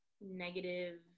negative